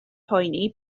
poeni